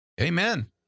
Amen